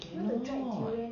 cannot